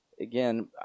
again